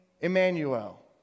Emmanuel